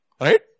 Right